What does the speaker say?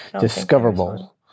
Discoverable